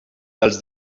dels